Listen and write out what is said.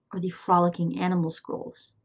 or the frolicking animal scrolls,